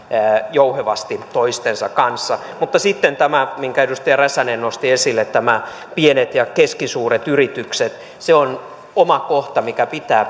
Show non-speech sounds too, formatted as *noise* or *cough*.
jouhevasti toistensa kanssa mutta sitten tämä minkä edustaja räsänen nosti esille pienet ja keskisuuret yritykset se on oma kohta mikä pitää *unintelligible*